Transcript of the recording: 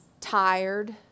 tired